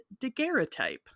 daguerreotype